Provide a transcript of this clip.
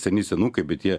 seni senukai bet jie